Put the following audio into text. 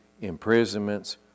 imprisonments